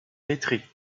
métrique